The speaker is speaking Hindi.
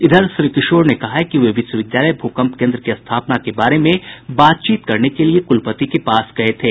इधर श्री किशोर ने कहा है कि वे विश्वविद्यालय भूकंप केन्द्र की स्थापना के बारे में बातचीत करने के लिए कुलपति के पास गये थे